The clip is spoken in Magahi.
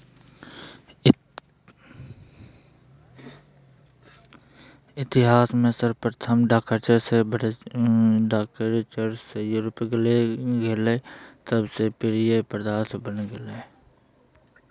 इतिहास में सर्वप्रथम डचव्यापारीचीन से चाययूरोपले गेले हल तब से प्रिय पेय पदार्थ बन गेलय